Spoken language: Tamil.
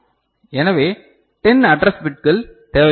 எனவே 10 அட்ரஸ் பிட்கள் தேவைப்படும்